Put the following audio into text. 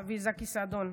סבי זכי סעדון,